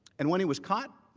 and when he was caught,